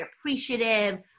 appreciative